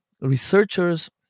researchers